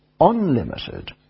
unlimited